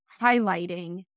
highlighting